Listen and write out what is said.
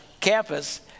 campus